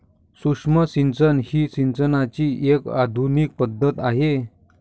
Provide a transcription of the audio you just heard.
सूक्ष्म सिंचन ही सिंचनाची एक आधुनिक पद्धत आहे